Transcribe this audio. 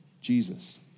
Jesus